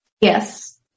Yes